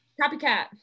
Copycat